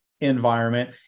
environment